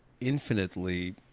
infinitely